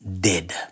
Dead